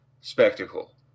spectacle